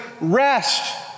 rest